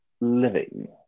living